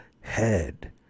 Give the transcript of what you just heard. head